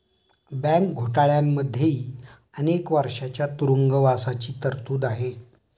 bank घोटाळ्यांमध्येही अनेक वर्षांच्या तुरुंगवासाची तरतूद आहे